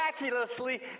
miraculously